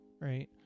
right